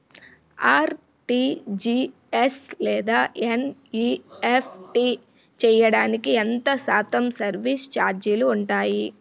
RTGS లేదా NEFT చేయడానికి ఎంత శాతం సర్విస్ ఛార్జీలు ఉంటాయి?